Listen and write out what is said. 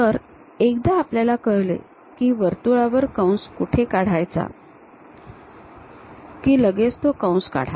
तर एकदा आपल्याला कळले की वर्तुळावर कुठे कंस काढायचा की लगेच तो कंस काढा